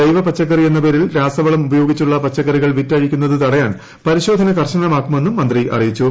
ജൈവ പച്ചക്കറി എന്ന പേരിൽ രാസവളം ഉപയോഗിച്ചുള്ള പച്ചക്കറികൾ വിറ്റഴിക്കുന്നത് തടയാൻ പരിശോധന കർശനമാക്കുമെന്നും മന്ത്രി അറിയിച്ചു